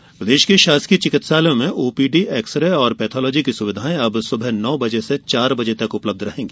OPD प्रदेश के शासकीय चिकित्सालयों में ओपीडी एक्स रे और पैथालाजी की सुविधायें अब सुबह नौ बजे से चार बजे तक उपलब्ध रहेंगी